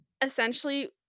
essentially